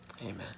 Amen